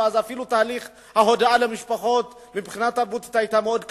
אפילו תהליך ההודעה למשפחות היה קשה מאוד.